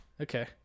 Okay